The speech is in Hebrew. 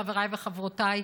חבריי וחברותי,